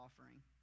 offering